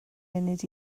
munud